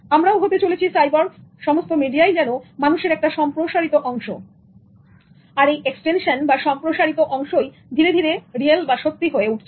আমরাও হতে চলেছি সাইবর্গস্ সমস্ত মিডিয়াই যেন মানুষের সম্প্রসারিত অংশ আর এই এক্সটেনশন বা সম্প্রসারিত অংশই ধীরে ধীরে রিয়েল হয়ে উঠছে